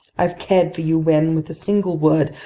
i've cared for you when, with a single word,